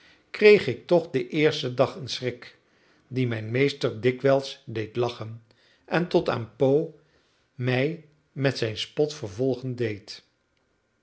kreeg ik toch den eersten dag een schrik die mijn meester dikwijls deed lachen en tot aan pau mij met zijn spot vervolgen deed